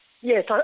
Yes